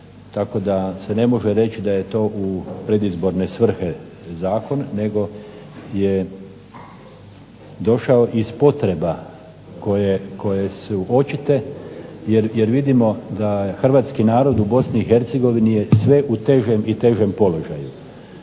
tako da se ne može reći da je to u predizborne svrhe zakon nego je došao iz potreba koje su očite jer vidimo da hrvatski narod u Bosni i Hercegovini je sve u težem i težem položaju.